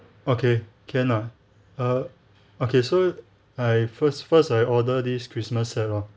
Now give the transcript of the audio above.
okay can ah err okay so I first first I order this christmas set loh